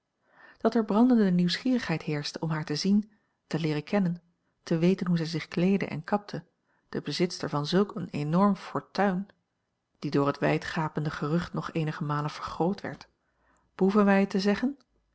dat er brandende nieuwsgierigheid heerschte om haar te zien te leeren kennen te weten hoe zij zich kleedde en kapte de bezitster van zulk een enorm fortuin die door het wijdgapende gerucht nog eenige malen vergroot werd behoeven wij het te zeggen